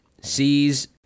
sees